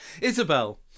Isabel